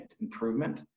improvement